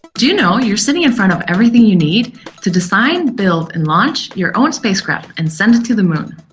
do you know you're sitting in front of everything you need to design, build and launch your own spacecraft and send it to the moon?